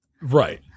Right